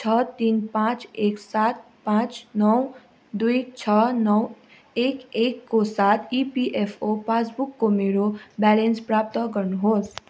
छ तिन पाँच एक सात पाँच नौ दुई छ नौ एक एकको साथ इपिएफओ पासबुकको मेरो ब्यालेन्स प्राप्त गर्नुहोस्